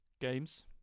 games